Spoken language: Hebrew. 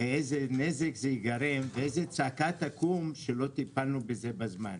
איזה נזק ייגרם ואיזה צעקה תקום שלא טיפלנו בזמן.